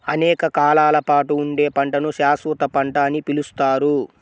అనేక కాలాల పాటు ఉండే పంటను శాశ్వత పంట అని పిలుస్తారు